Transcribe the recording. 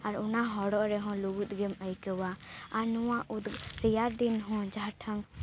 ᱟᱨ ᱚᱱᱟ ᱦᱚᱲᱚᱜ ᱨᱮᱦᱚᱸ ᱞᱩᱜᱩᱫ ᱜᱮᱢ ᱟᱹᱭᱠᱟᱹᱣᱟ ᱟᱨ ᱱᱚᱣᱟ ᱩᱫ ᱨᱮᱭᱟᱲ ᱫᱤᱱ ᱦᱚᱸ ᱡᱟᱦᱟᱸ ᱴᱟᱝ